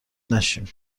نشیم